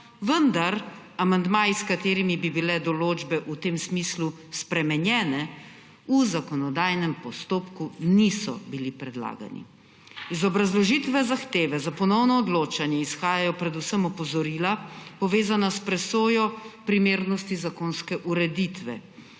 vendar amandmaji, s katerimi bi bile določbe v tem smislu spremenjene, v zakonodajnem postopku niso bili predlagani. Iz obrazložitve zahteve za ponovno odločanje izhajajo predvsem opozorila povezana s presojo primernosti zakonske ureditve.